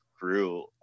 grew